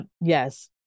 yes